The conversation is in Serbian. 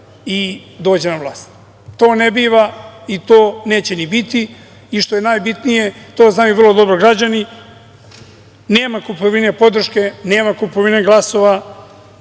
i dođe na vlast. To ne biva i to neće ni biti i što je najbitnije to znaju vrlo dobro građani nema kupovine podrške, nema kupovine glasova,